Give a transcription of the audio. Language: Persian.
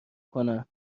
کنن